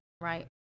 right